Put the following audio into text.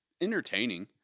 entertaining